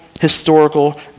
historical